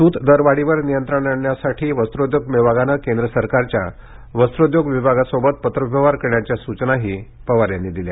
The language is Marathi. सूत दरवाढीवर नियंत्रण आणण्यासाठी वस्त्रोद्योग विभागानं केंद्र सरकारच्या वस्त्रोद्योग विभागाशी पत्रव्यवहार करण्याच्या सूचनाही अजित पवार यांनी दिल्या